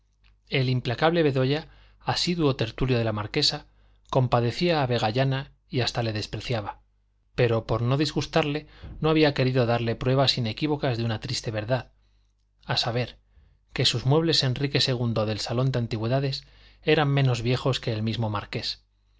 el implacable bedoya asiduo tertulio de la marquesa compadecía a vegallana y hasta le despreciaba pero por no disgustarle no había querido darle pruebas inequívocas de una triste verdad a saber que sus muebles enrique ii del salón de antigüedades eran menos viejos que el mismo marqués